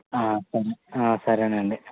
సరే సరేనండి